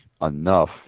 enough